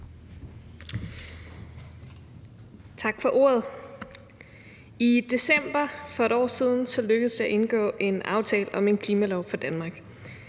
Tak for ordet. I december for et år siden lykkedes det at indgå en aftale om en klimalov for Danmark,